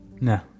No